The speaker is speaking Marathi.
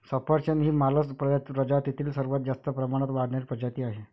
सफरचंद ही मालस प्रजातीतील सर्वात जास्त प्रमाणात वाढणारी प्रजाती आहे